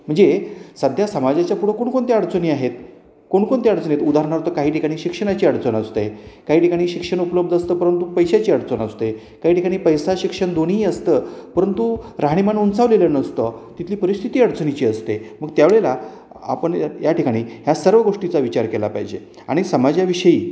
म्हणजे सध्या समाजाच्या पुढं कोणकोणते अडचणी आहेत कोणकोणते अडचणी उदाहरणार्थ काही ठिकाणी शिक्षणाची अडचण असते काही ठिकाणी शिक्षण उपलब्ध असतं परंतु पैशाची अडचण असते काही ठिकाणी पैसा शिक्षण दोन्ही असतं परंतु राहणीमान उंचावलेलं नसतं तिथली परिस्थिती अडचणीची असते मग त्यावेळेला आपण या ठिकाणी ह्या सर्व गोष्टीचा विचार केला पाहिजे आणि समाजाविषयी